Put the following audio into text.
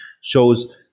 shows